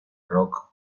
rock